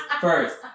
first